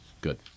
Good